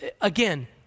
again